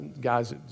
Guys